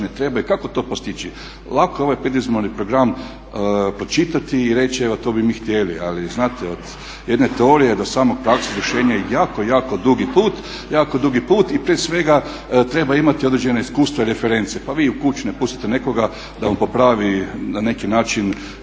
trebaju i kako to postići. Lako je ovaj predizborni program pročitati i reći evo to bi mi htjeli. Ali znate od jedne teorije do same prakse i izvršenja je jako, jako dugi put i prije svega treba imati određena iskustva i reference. Pa vi u kući ne pustite nekoga da vam popravi na neki način